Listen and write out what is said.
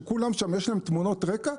שלכולם יש תמונות רקע,